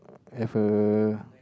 have a